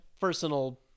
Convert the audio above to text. personal